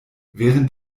während